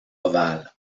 ovale